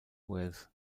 wales